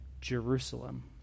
Jerusalem